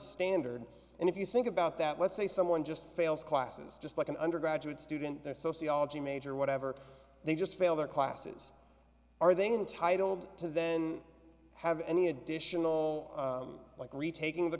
standard and if you think about that let's say someone just fails classes just like an undergraduate student the sociology major whatever they just fail their classes are they entitled to then have any additional like retaking the